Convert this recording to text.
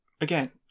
again